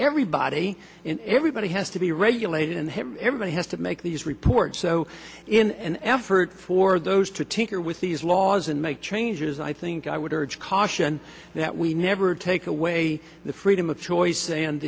everybody in everybody has to be regulated and him everybody has to make these reports so in an effort for those to tinker with these laws and make changes i think i would urge caution that we never take away the freedom of choice and